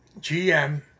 GM